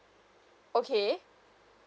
okay